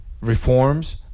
Reforms